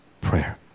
Prayer